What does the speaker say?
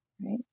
right